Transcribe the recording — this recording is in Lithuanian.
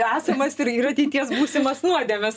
esamas ir ir ateities būsimas nuodėmes